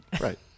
right